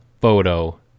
photo